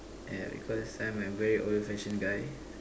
yeah because I'm a very old fashion guy